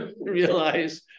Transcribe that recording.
Realize